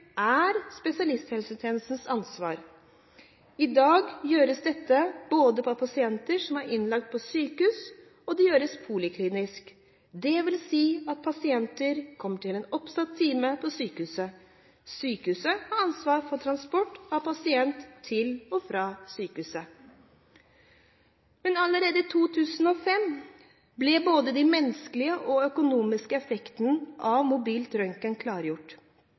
er spesialisthelsetjenestens ansvar. I dag gjøres dette både på pasienter som er innlagt på sykehus, og det gjøres poliklinisk, dvs. at pasienter kommer til en oppsatt time på sykehuset. Sykehuset har ansvar for transport av pasienten til og fra sykehuset. Allerede i 2005 ble både de menneskelige og økonomiske effektene av mobil røntgen klargjort.